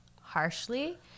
harshly